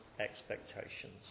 expectations